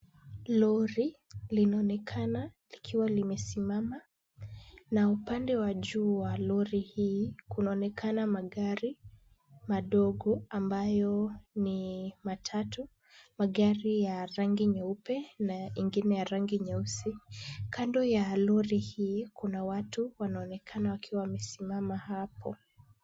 Lori linaonekana likiwa limesimama na upande wa juu wa lori hii kunaonekana magari madogo ambayo ni matatu. Magari ya rangi nyeupe na ingine ya rangi nyeusi. Kando ya lori hii kuna watu wanaonekana wakiwa wamesimama hapo.